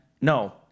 no